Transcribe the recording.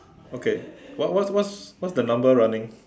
okay what what what's what's the number running